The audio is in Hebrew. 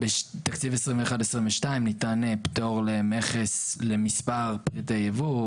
בתקציב 2021-2022 ניתן פטור למכס למספר פריטי ייבוא.